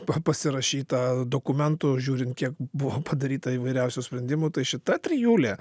pa pasirašyta dokumentų žiūrint kiek buvo padaryta įvairiausių sprendimų tai šita trijulė